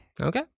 Okay